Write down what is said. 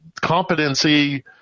competency